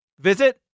Visit